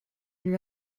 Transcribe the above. lui